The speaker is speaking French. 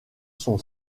son